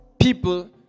people